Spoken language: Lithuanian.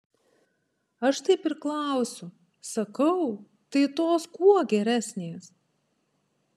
aš taip ir klausiu sakau tai tos kuo geresnės